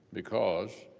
because,